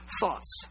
thoughts